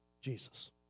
Jesus